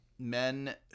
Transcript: Men